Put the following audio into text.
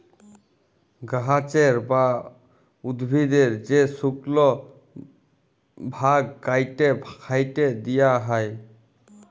গাহাচের বা উদ্ভিদের যে শুকল ভাগ ক্যাইটে ফ্যাইটে দিঁয়া হ্যয়